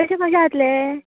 तशें कशें जातलें